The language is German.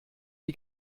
die